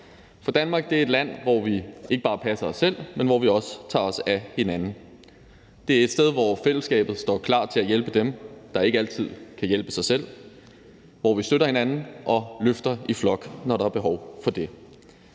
for Danmark er et land, hvor vi ikke bare passer os selv, men hvor vi også tager os af hinanden. Det er et sted, hvor fællesskabet står klar til at hjælpe dem, der ikke altid kan hjælpe sig selv, og hvor vi støtter hinanden og løfter i flok, når der er behov for det.